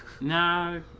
No